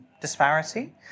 disparity